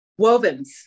Wovens